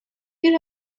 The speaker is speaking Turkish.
bir